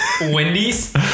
Wendy's